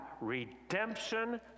redemption